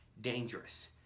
dangerous